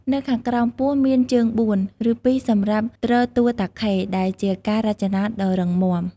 នៅខាងក្រោមពោះមានជើងបួន ឬពីរសម្រាប់ទ្រតួតាខេ ដែលជាការរចនាដ៏រឹងមាំ។